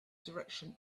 direction